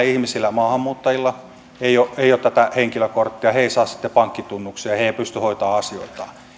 ihmisillä maahanmuuttajilla ei ole ei ole tätä henkilökorttia he eivät saa sitten pankkitunnuksia he eivät pysty hoitamaan asioitaan